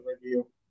review